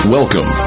Welcome